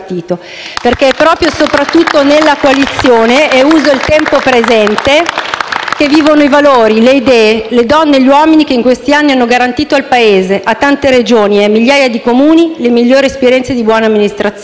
infatti proprio e soprattutto nella coalizione - e uso il tempo presente - che vivono i valori, le idee, le donne e gli uomini che in questi anni hanno garantito al Paese, a tante Regioni e a migliaia di Comuni, le migliori esperienze di buona amministrazione.